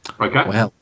Okay